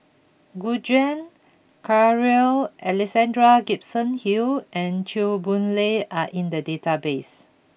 Gu Juan Carl Alexander Gibson Hill and Chew Boon Lay are in the database